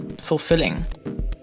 fulfilling